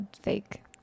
Fake